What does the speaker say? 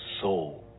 soul